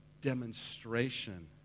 demonstration